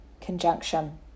conjunction